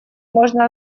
можно